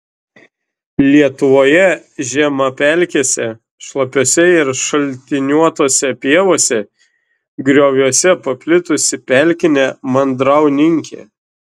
lietuvoje žemapelkėse šlapiose ir šaltiniuotose pievose grioviuose paplitusi pelkinė mandrauninkė